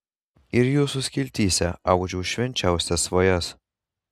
ir jūsų skiltyse audžiau švenčiausias svajas